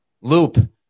Loop